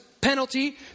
Penalty